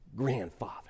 Grandfather